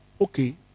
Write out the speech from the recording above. Okay